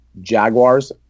Jaguars